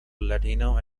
latino